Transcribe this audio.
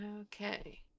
Okay